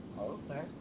Okay